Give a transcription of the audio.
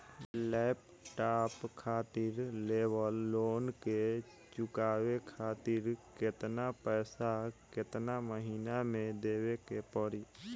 Laptop खातिर लेवल loan के चुकावे खातिर केतना पैसा केतना महिना मे देवे के पड़ी?